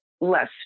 less